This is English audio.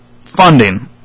funding